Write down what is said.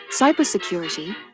Cybersecurity